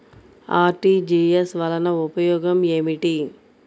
RTGS వలన ఉపయోగం ఏమిటీ?